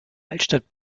altstadt